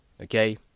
Okay